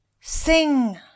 Sing